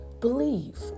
believe